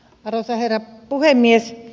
arvoisa herra puhemies